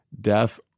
death